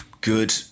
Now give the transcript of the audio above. good